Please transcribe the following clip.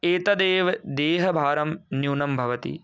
एतदेव देहभारं न्यूनं भवति